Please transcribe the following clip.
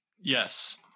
Yes